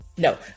No